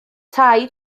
tai